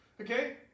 Okay